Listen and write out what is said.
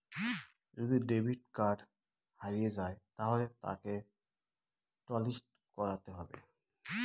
যদি debit card হারিয়ে যায় তাহলে তাকে টলিস্ট করাতে হবে